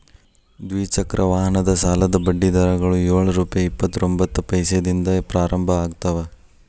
ದ್ವಿಚಕ್ರ ವಾಹನದ ಸಾಲದ ಬಡ್ಡಿ ದರಗಳು ಯೊಳ್ ರುಪೆ ಇಪ್ಪತ್ತರೊಬಂತ್ತ ಪೈಸೆದಿಂದ ಪ್ರಾರಂಭ ಆಗ್ತಾವ